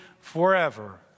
forever